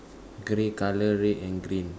grey colour red and green